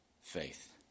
faith